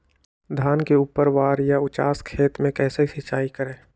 धान के ऊपरवार या उचास खेत मे कैसे सिंचाई करें?